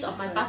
is the